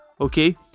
Okay